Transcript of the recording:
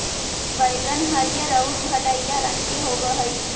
बइगन हरियर आउ भँटईआ रंग के होब हई